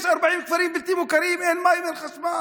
יש 40 כפרים בלתי מוכרים, אין מים, אין חשמל.